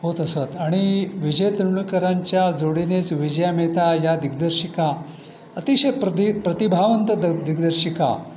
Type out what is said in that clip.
होत असत आणि विजय तेंडुलकरांच्या जोडीनेच विजया मेहता या दिग्दर्शिका अतिशय प्रति प्रतिभावंत दग दिग्दर्शिका